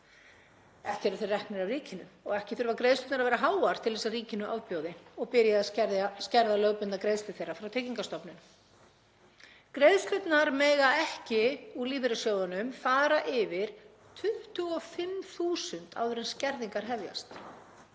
Ekki eru þeir reknir af ríkinu og ekki þurfa greiðslurnar að vera háar til að ríkinu ofbjóði og byrji að skerða lögbundnar greiðslur þeirra frá Tryggingastofnun. Greiðslurnar úr lífeyrissjóðunum mega ekki fara yfir 25.000 áður en skerðingar hefjast.